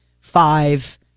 five